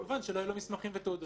--- כמובן לא יהיו לו מסמכים ותעודות.